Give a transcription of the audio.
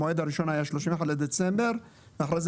המועד הראשון היה 31 בדצמבר ואחרי זה